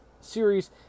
series